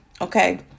Okay